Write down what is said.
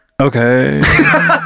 Okay